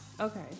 Okay